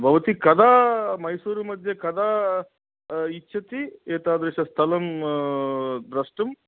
भवती कदा मैसूरुमध्ये कदा इच्छति एतादृशस्थलं द्रष्टुं